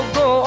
go